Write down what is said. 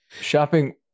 Shopping